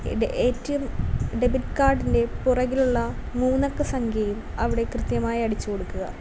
A T M debit കാഡിൻ്റെ പുറകിലുള്ള മൂന്ന് അക്ക സംഖ്യയും അവിടെ കൃത്യമായി അടിച്ചു കൊടുക്കുക